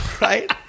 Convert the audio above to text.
right